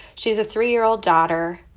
she has a three year old daughter.